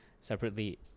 Separately